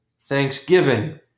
Thanksgiving